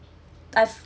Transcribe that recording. I've